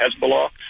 Hezbollah